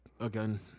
Again